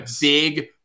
big